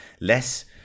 Less